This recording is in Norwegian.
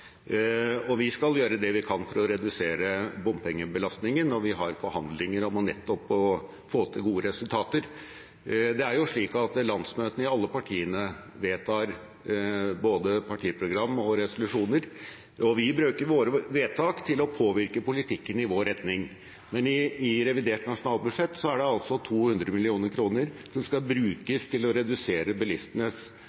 Vi skal gjøre det vi kan for å redusere bompengebelastningen, og vi har forhandlinger for nettopp å få til gode resultater. Det er jo slik at landsmøtene i alle partiene vedtar både partiprogram og resolusjoner, og vi bruker våre vedtak til å påvirke politikken i vår retning. Men i revidert nasjonalbudsjett er det altså 200 mill. kr som skal